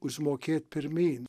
užmokėt pirmyn